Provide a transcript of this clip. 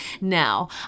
Now